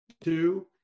two